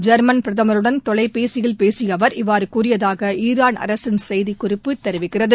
German பிரதமருடன் தொலைபேசியில் பேசிய அவர் இவ்வாறு கூறியதாக ஈரான் அரசின் செய்திக்குறிப்பு தெரிவிக்கிறது